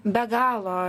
be galo